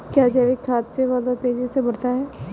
क्या जैविक खाद से पौधा तेजी से बढ़ता है?